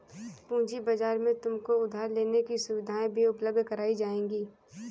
पूँजी बाजार में तुमको उधार लेने की सुविधाएं भी उपलब्ध कराई जाएंगी